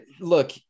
look